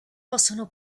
possono